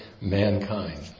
mankind